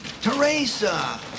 Teresa